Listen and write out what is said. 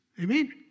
Amen